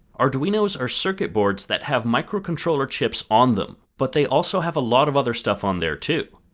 arduinos are circuit boards that have microcontroller chips on them, but they also have a lot of other stuff on there too.